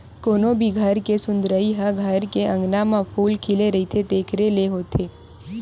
कोनो भी घर के सुंदरई ह घर के अँगना म फूल खिले रहिथे तेखरे ले होथे